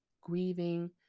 grieving